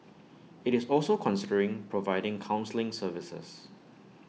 IT is also considering providing counselling services